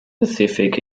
pacific